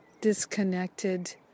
disconnected